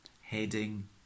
heading